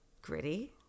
gritty